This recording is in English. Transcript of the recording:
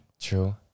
true